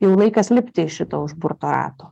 jau laikas lipti iš šito užburto rato